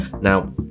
Now